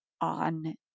on